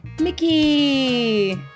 Mickey